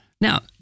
Now